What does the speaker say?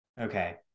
okay